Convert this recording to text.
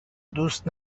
دوست